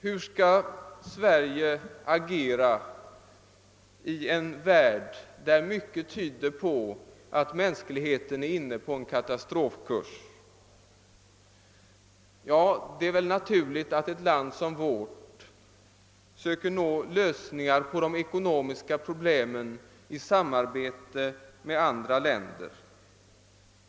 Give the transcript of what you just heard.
Hur skall Sverige agera i en värld, där mycket tyder på att mänskligheten är inne i en katastrofkurs? Det är naturligt att ett land som Sverige söker nå lösningar på de ekonomiska problemen tillsammans med andra länder.